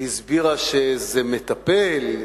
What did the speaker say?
והסבירה שאיזה מטפל,